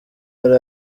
yari